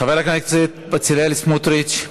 חבר הכנסת בצלאל סמוטריץ,